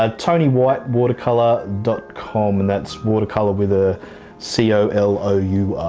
ah tony white watercolour dot com, and that's watercolour with a c, o, l, o, u,